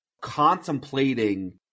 contemplating